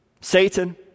Satan